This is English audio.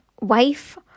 wife